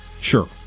Sure